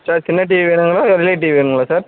sir சின்ன TV வேணுங்களா இல்லை எல்இடி வேணுங்களா சார்